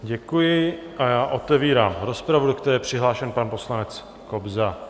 Děkuji a otevírám rozpravu, do které je přihlášen pan poslanec Kobza.